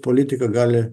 politika gali